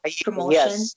promotion